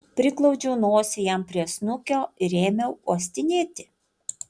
priglaudžiau nosį jam prie snukio ir ėmiau uostinėti